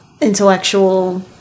Intellectual